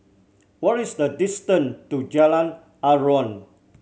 what is the distant to Jalan Aruan